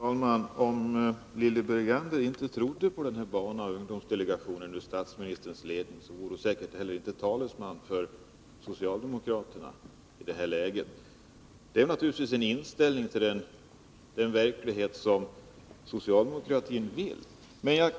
Fru talman! Om Lilly Bergander inte trodde på barnoch ungdomsdelegationen under statsministerns ledning vore hon säkerligen inte heller talesman för socialdemokraterna i detta läge. Delegationen är naturligtvis ett uttryck för den inställning till verkligheten som socialdemokratin vill representera.